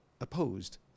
opposed